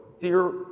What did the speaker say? dear